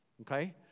Okay